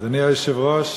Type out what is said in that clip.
אדוני היושב-ראש,